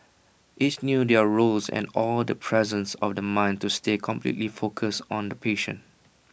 each knew their roles and all the presence of the mind to stay completely focused on the patient